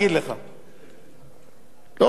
המשנה לראש הממשלה, לא, אני יועץ שלו.